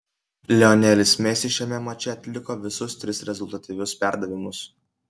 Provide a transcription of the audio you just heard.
lionelis messi šiame mače atliko visus tris rezultatyvius perdavimus